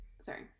sorry